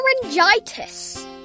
laryngitis